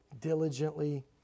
diligently